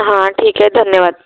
हां ठीक आहे धन्यवाद